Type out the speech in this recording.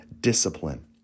discipline